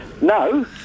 No